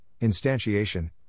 instantiation